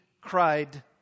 cried